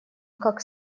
как